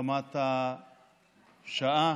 מחמת השעה